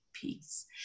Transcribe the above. peace